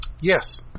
Yes